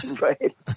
right